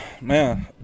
Man